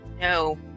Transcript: No